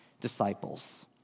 disciples